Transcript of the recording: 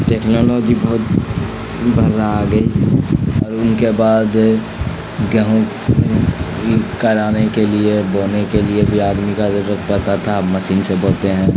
technology بہت بھلا آ گئی اور ان کے بعد گیہوں کرانے کے لیے اور بونے کے لیے بھی آدمی کا ضرورت پڑتا تھا اب مشین سے بوتے ہیں